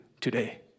today